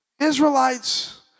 Israelites